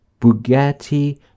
Bugatti